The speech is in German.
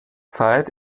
zeit